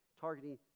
targeting